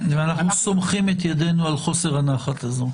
ואנחנו סומכים את ידינו על חוסר הנחת הזה.